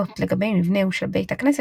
וצדקה, וללימוד תורה.